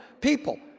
people